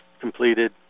completed